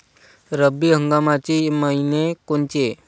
रब्बी हंगामाचे मइने कोनचे?